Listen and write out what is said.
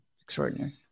extraordinary